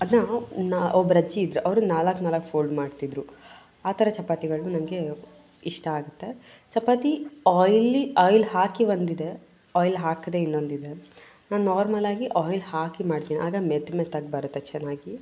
ಅದನ್ನಾ ಒಬ್ಬರು ಅಜ್ಜಿ ಇದ್ದರು ಅವರು ನಾಲ್ಕು ನಾಲ್ಕು ಫೋಲ್ಡ್ ಮಾಡ್ತಿದ್ದರು ಆ ಥರ ಚಪಾತಿಗಳು ನಂಗೆ ಇಷ್ಟ ಆಗುತ್ತೆ ಚಪಾತಿ ಆಯ್ಲಿ ಆಯ್ಲ್ ಹಾಕಿ ಒಂದಿದೆ ಆಯ್ಲ್ ಹಾಕದೇ ಇನ್ನೊಂದಿದೆ ನಾನು ನಾರ್ಮಲಾಗಿ ಆಯ್ಲ್ ಹಾಕಿ ಮಾಡ್ತೀನಿ ಆಗ ಮೆತ್ತ ಮೆತ್ತಗೆ ಬರುತ್ತೆ ಚೆನ್ನಾಗಿ